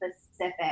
specific